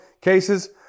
cases